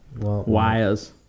wires